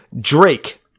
Drake